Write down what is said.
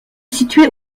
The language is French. situé